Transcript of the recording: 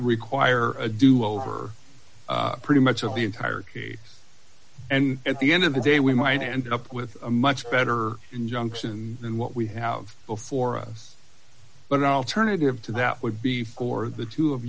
require a do over pretty much of the entire case and at the end of the day we might end up with a much better injunction than what we have before us but our alternative to that would be for the two of